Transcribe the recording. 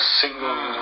single